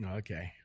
okay